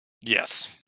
Yes